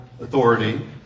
authority